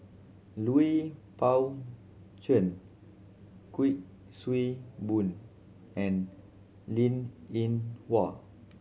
Lui Pao Chuen Kuik Swee Boon and Linn In Hua